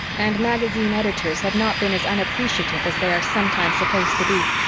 and magazine editors had not been as unappreciative as they are sometimes supposed to be.